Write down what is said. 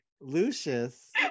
Lucius